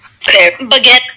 Baguette